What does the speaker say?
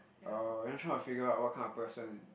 uh you're not trying to figure out what kind of person